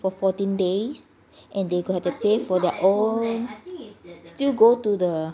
for fourteen days and they will have to pay for their own is still go to the